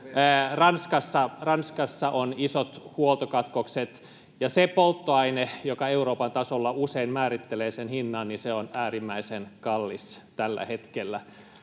Ranskassa on isot huoltokatkokset, ja se polttoaine, joka Euroopan tasolla usein määrittelee sen hinnan, on äärimmäisen kallis tällä hetkellä.